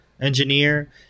engineer